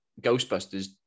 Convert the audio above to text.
Ghostbusters